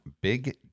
Big